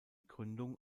gründung